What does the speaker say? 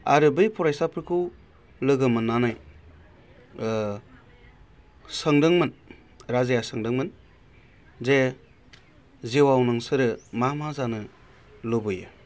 आरो बै फरायसाफोरखौ लोगो मोन्नानै सोंदोंमोन राजाया सोंदोंमोन जे जिउआव नोंसोरो मा मा जानो लुबैयो